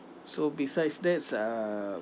so besides that's uh